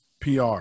pr